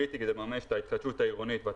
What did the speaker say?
הוא קריטי כדי לממש את ההתחדשות העירונית ואת